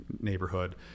neighborhood